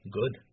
good